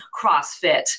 CrossFit